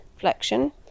flexion